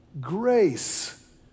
grace